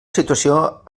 situació